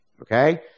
Okay